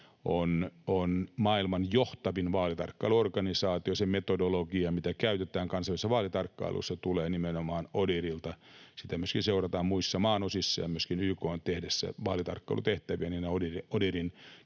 on maailman johtavin vaalitarkkailuorganisaatio. Se metodologia, mitä käytetään kansallisissa vaalitarkkailuissa, tulee nimenomaan ODIHRilta. Sitä myöskin seurataan muissa maanosissa, ja YK:n tehdessä vaalitarkkailutehtäviä ODIHRin